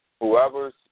Whoever's